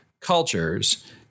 cultures